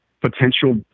potential